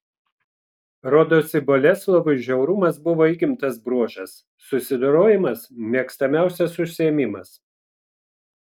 rodosi boleslovui žiaurumas buvo įgimtas bruožas susidorojimas mėgstamiausias užsiėmimas